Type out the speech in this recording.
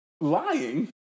lying